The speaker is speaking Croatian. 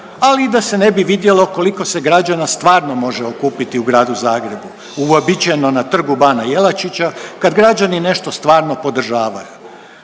ali i da se ne bi vidjelo koliko se građana stvarno može okupiti u gradu Zagrebu uobičajeno na Trgu bana Jelačića kad građani nešto stvarno podržavaju.